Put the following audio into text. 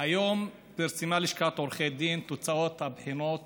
היום פרסמה לשכת עורכי הדין את תוצאות הבחינות